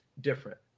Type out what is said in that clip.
different